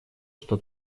что